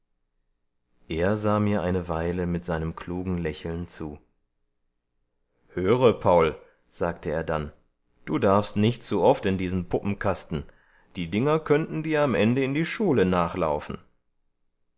er sah mir eine weile mit seinem klugen lächeln zu höre paul sagte er dann du darfst nicht zu oft in diesen puppenkasten die dinger könnten dir am ende in die schule nachlaufen